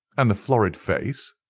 and the florid face?